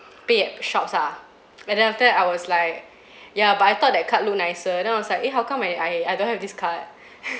pay at shops ah and then after that I was like ya but I thought that card look nicer then I was like eh how come I I I don't have this card